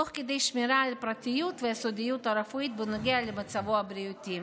תוך כדי שמירה על הפרטיות והסודיות הרפואית בנוגע למצבם הבריאותי.